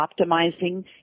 optimizing